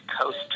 coast